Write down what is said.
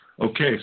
okay